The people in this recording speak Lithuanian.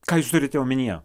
ką jūs turite omenyje